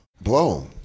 Blow